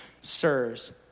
Sirs